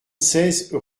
seize